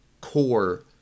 core